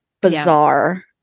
bizarre